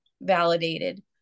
validated